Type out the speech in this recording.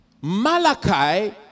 Malachi